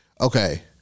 okay